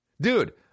Dude